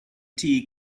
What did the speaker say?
tea